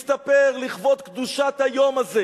מסתפר לכבוד קדושת היום הזה,